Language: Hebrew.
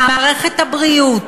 מערכת הבריאות